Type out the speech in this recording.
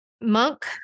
Monk